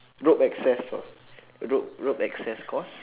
rope access uh rope rope access course